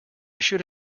should